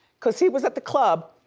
cause he was at the club,